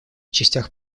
частях